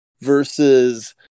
versus